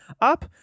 Up